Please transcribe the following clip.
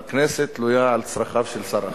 והכנסת תלויה על צרכיו של שר אחד.